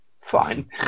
fine